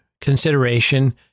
consideration